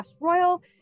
royal